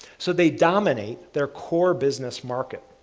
so, they dominate their core business market.